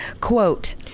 Quote